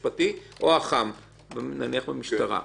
לא נכון.